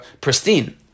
pristine